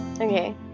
Okay